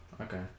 Okay